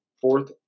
fourth